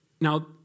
Now